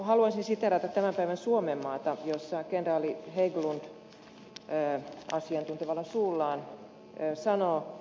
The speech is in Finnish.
haluaisin siteerata tämän päivän suomenmaata jossa kenraali hägglund asiantuntevalla suullaan sanoo